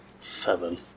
seven